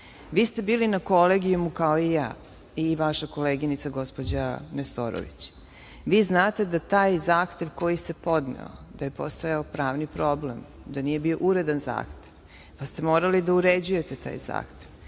ste bili na Kolegijumu, kao i ja, i vaša koleginica, gospođa Nestorović, vi znate da taj zahtev koji se podneo, postojao je pravni problem, nije bio uredan zahtev, pa ste morali da uređujete taj zahtev,